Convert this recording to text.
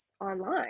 online